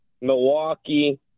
Milwaukee